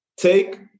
Take